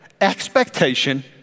expectation